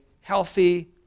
healthy